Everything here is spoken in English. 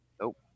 Nope